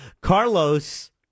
Carlos